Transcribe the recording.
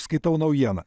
skaitau naujieną